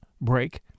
break